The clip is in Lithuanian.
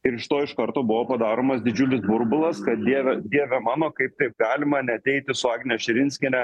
ir iš to iš karto buvo padaromas didžiulis burbulas kad dieve dieve mano kaip taip galima neateiti su agne širinskiene